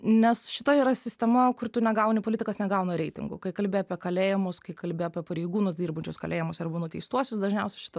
nes šita yra sistema kur tu negauni politikas negauna reitingų kai kalbi apie kalėjimus kai kalbi apie pareigūnus dirbančius kalėjimuose arba nuteistuosius dažniausia šita